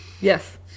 Yes